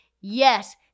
Yes